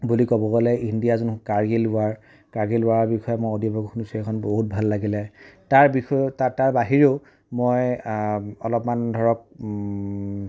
বুলি ক'ব গ'লে কাৰ্গিল ৱাৰ কাৰ্গিল ৱাৰৰ বিষয়ে মই অডিঅ' বুক শুনিছো সেইখন বহুত ভাল লাগিলে তাৰ বিষয়ে বাহিৰেও মই অলপমান ধৰক